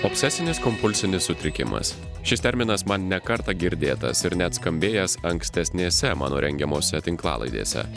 obsesinis kompulsinis sutrikimas šis terminas man ne kartą girdėtas ir net skambėjęs ankstesnėse mano rengiamose tinklalaidėse